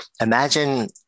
imagine